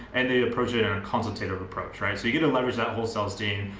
and they approach it in a consultative approach, right. so you get to leverage that whole sales team.